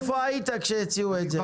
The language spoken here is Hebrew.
איפה היית כשהציעו את זה?